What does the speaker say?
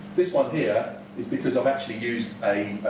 this one here is because i've actually used a